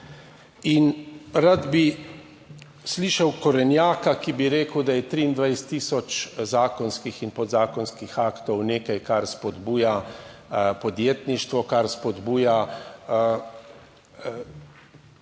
In rad bi slišal korenjaka, ki bi rekel, da je 23000 zakonskih in podzakonskih aktov nekaj, kar spodbuja podjetništvo, kar spodbuja